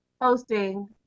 hosting